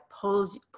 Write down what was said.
pulls